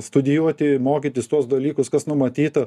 studijuoti mokytis tuos dalykus kas numatyta